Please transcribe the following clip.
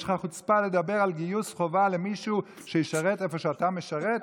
ויש לך חוצפה לדבר על גיוס חובה למישהו שישרת איפה שאתה משרת?